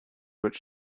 which